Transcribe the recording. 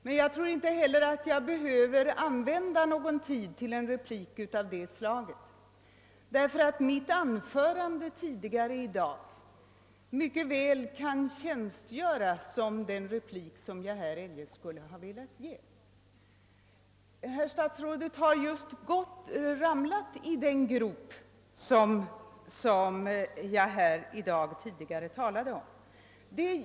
Men jag tror inte heller att jag behöver använda någon tid till en replik av det slaget, därför att mitt anförande tidigare i dag mycket väl kan tjänstgöra som den replik som jag här eljest skulle ha velat ge. Herr statsrådet har just ramlat i den grop som jag här i dag tidigare talade om.